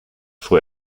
fuhr